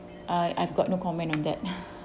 I I've got no comment on that